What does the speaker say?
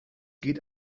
geht